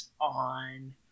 on